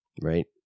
Right